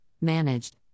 managed